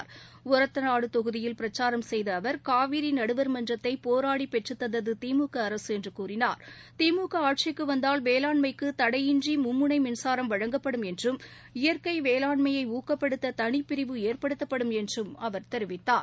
காவிரிநடுவர் ஒரத்தநாடுதொகுதியில் பிரச்சாரம் செய்தஅவர் மன்றத்தைபோராடிபெற்றுத் தந்ததுதிமுகஅரசுஎன்றுகூறினார் திமுகஆட்சிக்குவந்தால் வேளாண்மைக்குதடையின்றிமும்முனைமின்சாரம் வழங்கப்படும் என்றும் இயற்கைவேளாண்மையைஊக்கப்படுத்ததனிப்பிரிவு ஏற்படுத்தப்படும் என்றும் அவர் தெரிவித்தார்